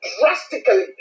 drastically